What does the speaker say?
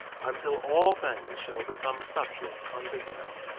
until all things shall become subject unto him,